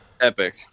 Epic